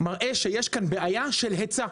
מראה שיש כאן בעיה של היצע,